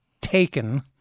taken